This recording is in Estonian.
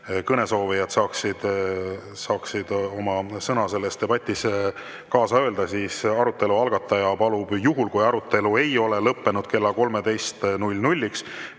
kõnesoovijad saaksid oma sõna selles debatis kaasa öelda, siis arutelu algataja palub, juhul kui arutelu ei ole lõppenud kella 13-ks,